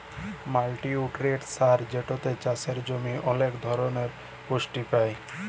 multinutrient সার যেটাতে চাসের জমি ওলেক ধরলের পুষ্টি পায়